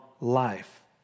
life